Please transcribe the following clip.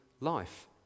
life